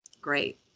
Great